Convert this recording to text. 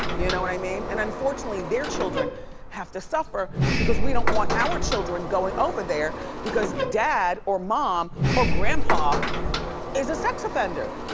you know what i mean? and unfortunately, their children have to suffer because we don't want our children going over there because dad or mom or grandpa is a sex offender.